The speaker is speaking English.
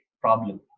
problem